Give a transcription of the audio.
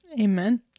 amen